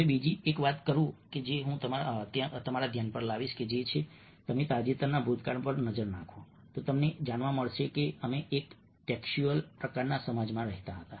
હવે બીજી એક વાત જે હું તમારા ધ્યાન પર લાવીશ તે એ છે કે જો તમે તાજેતરના ભૂતકાળ પર નજર નાખો તો અમને જાણવા મળે છે કે અમે એક ટેક્સ્ચ્યુઅલ પ્રકારના સમાજમાં રહેતા હતા